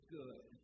good